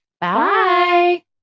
Bye